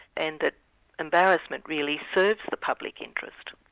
and that embarrassment really serves the public interest.